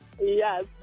Yes